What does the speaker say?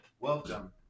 Welcome